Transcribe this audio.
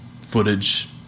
footage